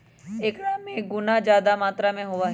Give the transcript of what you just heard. एकरा में गुना जादा मात्रा में होबा हई